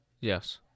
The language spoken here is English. Yes